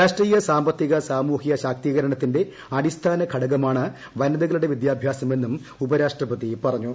രാഷ്ട്രീയ സാമ്പത്തിക സാമൂഹിക ശ്ാക്തീകരണത്തിന്റെ അടിസ്ഥാന ഘടകമാണ് വനിതകളുടെ വിദ്യാ്ഭ്യാസമെന്നും ഉപരാഷ്ട്രപതി പറഞ്ഞു